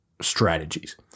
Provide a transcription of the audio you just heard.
strategies